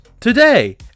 Today